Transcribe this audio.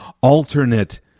alternate